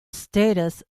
status